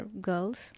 girls